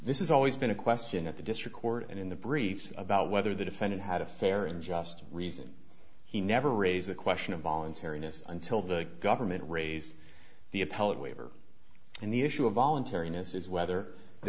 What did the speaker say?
this is always been a question at the district court and in the briefs about whether the defendant had a fair and just reason he never raised the question of voluntariness until the government raised the appellate waiver and the issue of voluntariness is whether the